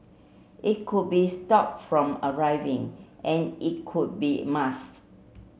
it could be stop from arriving and it could be masked